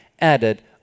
added